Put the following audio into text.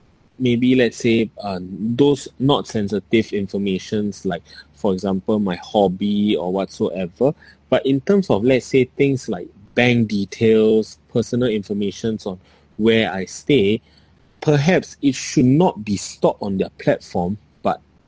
maybe let's say uh those not sensitive informations like for example my hobby or whatsoever but in terms of let's say things like bank details personal informations on where I stay perhaps it should not be stored on their platform but